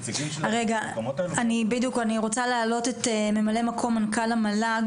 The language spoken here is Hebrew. אני רוצה להעלות את ממלאת מקום מנכ"ל המל"ג,